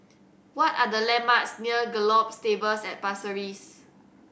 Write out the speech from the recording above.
what are the landmarks near Gallop Stables at Pasir Ris